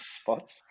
spots